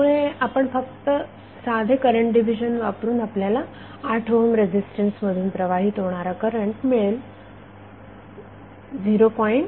त्यामुळे आपण फक्त साधे करंट डिव्हिजन वापरून आपल्याला 8 ओहम रेझिस्टन्स मधून प्रवाहित होणारा करंट मिळेल 0